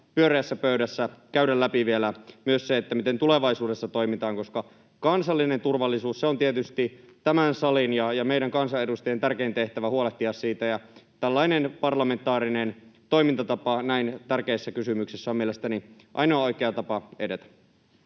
pyöreässä pöydässä käydä läpi vielä myös se, miten tulevaisuudessa toimitaan, koska kansallinen turvallisuus on tietysti tämän salin ja meidän kansanedustajien tärkein tehtävä, huolehtia siitä. Tällainen parlamentaarinen toimintatapa näin tärkeissä kysymyksissä on mielestäni ainoa oikea tapa edetä.